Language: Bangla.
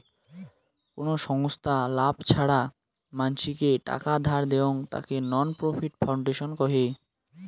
কোন ছংস্থা লাভ ছাড়া মানসিকে টাকা ধার দেয়ং, তাকে নন প্রফিট ফাউন্ডেশন কহে